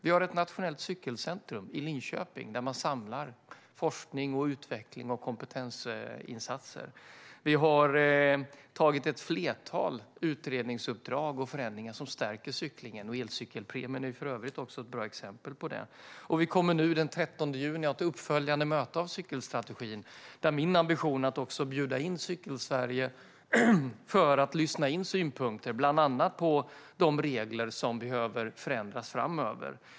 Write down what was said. Vi har ett nationellt cykelcentrum i Linköping där man samlar forskning, utveckling och kompetensinsatser. Vi har genomfört ett flertal utredningsuppdrag och förändringar som stärker cyklingen. Elcykelpremien är för övrigt ett bra exempel på det. Vi kommer nu den 13 juni att ha ett uppföljande möte om cykelstrategin. Där är min ambition att bjuda in Cykelsverige för att lyssna in synpunkter bland annat på de regler som behöver förändras framöver.